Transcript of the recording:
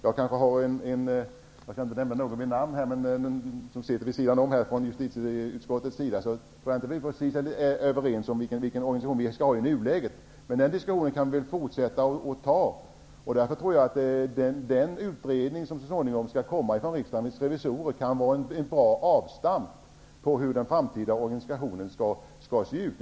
Jag skall inte nämna någon vid namn, men den som sitter bredvid mig här från justitieutskottets sida och jag är inte precis överens om vilken organisation vi skall ha i nuläget. Men den diskussionen kan vi fortsätta att föra. Därför tror jag att den utredning som så småningom skall komma från Riksdagens revisorer kan vara ett bra avstamp för hur den framtida organisationen skall se ut.